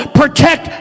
protect